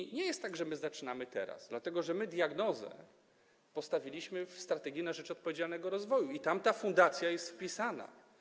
I nie jest tak, że zaczynamy teraz, dlatego że diagnozę postawiliśmy w „Strategii na rzecz odpowiedzialnego rozwoju” i tam ta fundacja jest wpisana.